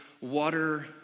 water